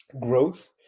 growth